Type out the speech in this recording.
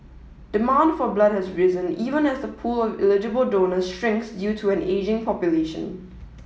demand for blood has risen even as the pool of eligible donors shrinks due to an ageing population